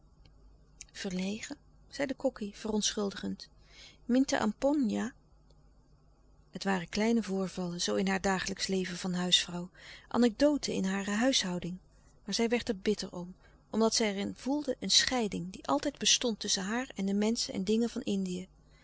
verlegen zei de kokkie verontschuldigend minta ampon nja het waren kleine voorvallen zoo in haar louis couperus de stille kracht dagelijksch leven van huisvrouw anecdoten in hare huishouding maar zij werd er bitter om omdat zij er in voelde een scheiding die altijd bestond tusschen haar en de menschen en dingen van indië